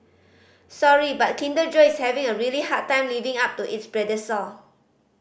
sorry but Kinder Joy is having a really hard time living up to its predecessor